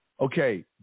Okay